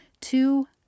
two